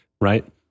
right